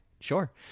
sure